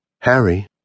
Harry